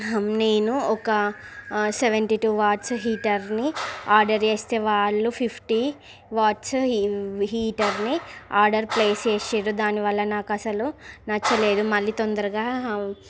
నేను ఒక seventy two watts హీటర్ని ఆర్డర్ చేస్తే వాళ్ళు ఫిఫ్టీ వాట్స్ హీ హీటర్ని ఆర్డర్ ప్లేస్ చేశారు దానివల్ల నాకు అస్సలు నచ్చలేదు మళ్ళీ తొందరగా